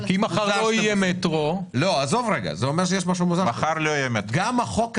מחר לא יהיה מטרו --- גם החוק הזה,